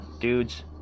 dudes